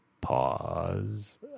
pause